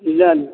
लियै ने